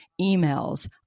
emails